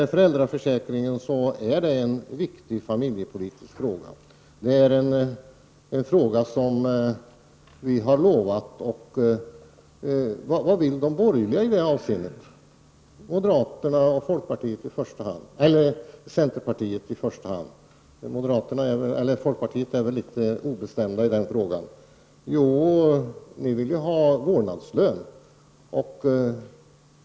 Föräldraförsäkringen är en viktig familjepolitisk fråga, som vi har gett löften om. Vad vill de borgerliga i det avseendet, i första hand moderater och centerpartiet? Folkpartiet är väl litet obestämt i den frågan. Jo, de vill ha vårdnadslön.